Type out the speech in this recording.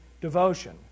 devotion